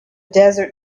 desert